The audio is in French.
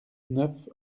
neuf